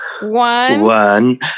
one